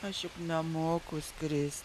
aš juk nemoku skristi